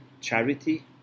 charity